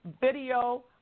video